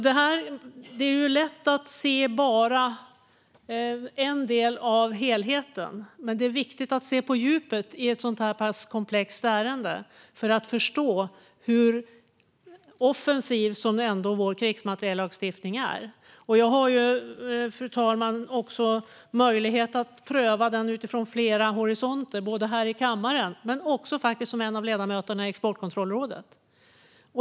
Det är lätt att se bara en del av helheten, men det är viktigt att se på djupet i ett så här pass komplext ärende för att förstå hur offensiv vår krigsmateriellagstiftning ändå är. Jag har möjlighet att pröva detta utifrån flera horisonter, fru talman, både här i kammaren och som en av ledamöterna i Exportkontrollrådet.